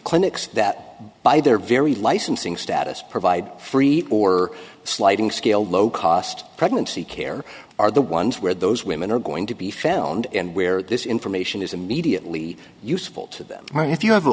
clinics that by their very licensing status provide free or sliding scale low cost pregnancy care are the ones where those women are going to be found and where this information is immediately useful to them or if you have a